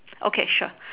okay sure